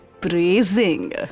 praising